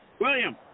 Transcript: William